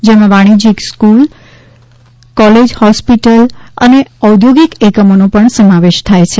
જેમાં વાણિશ્યક સંકુલ સ્કૂલ કોલેજ હોસ્પિટલ અને ઔદ્યોગિક એકમોનો પણ સમાવેશ થાય છે